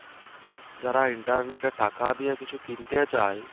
যারা ইন্টারনেটে টাকা দিয়ে কিছু কিনতে চায়